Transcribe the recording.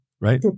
right